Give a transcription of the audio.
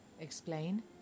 Explain